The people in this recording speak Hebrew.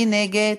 מי נגד?